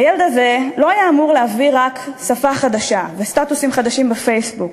הילד הזה לא היה אמור להביא רק שפה חדשה וסטטוסים חדשים בפייסבוק,